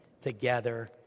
together